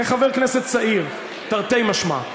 כחבר כנסת צעיר, תרתי משמע.